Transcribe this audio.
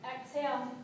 exhale